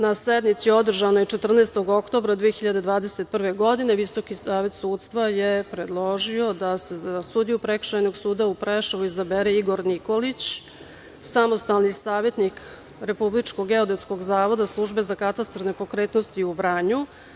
Na sednici održanoj 14. oktobra 2021. godine Visoki savet sudstva je predložio da se za sudiju Prekršajnog suda u Preševu izabere Igor Nikolić, samostalni savetnik Republičkog geodetskog zavoda, Službe za katastar nepokretnosti u Vranju.